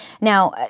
Now